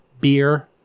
beer